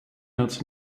else